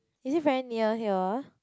is it very near here